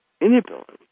inability